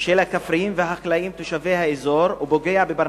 של הכפריים והחקלאים תושבי האזור ופוגע בפרנסתם.